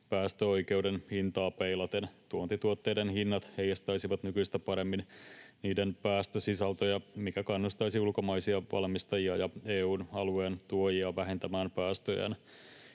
päästöoikeuden hintaa peilaten. Tuontituotteiden hinnat heijastaisivat nykyistä paremmin niiden päästösisältöjä, mikä kannustaisi ulkomaisia valmistajia ja EU:n alueen tuojia vähentämään päästöjään.